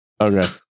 Okay